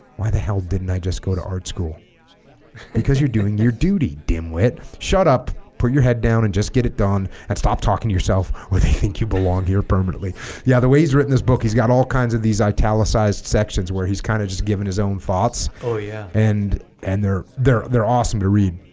why the hell didn't i just go to art school because you're doing your duty dimwit shut up put your head down and just get it done and stop talking to yourself or they think you belong here permanently yeah the way he's written this book he's got all kinds of these italicized sections where he's kind of just given his own thoughts oh yeah and and they're they're they're awesome to read